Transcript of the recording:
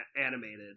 animated